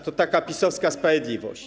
To taka PiS-owska sprawiedliwość.